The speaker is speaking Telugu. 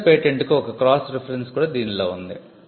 యుఎస్ పేటెంట్కు ఒక క్రాస్ రిఫరెన్స్ కూడా దీనిలో ఉంది